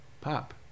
Pop